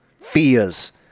fears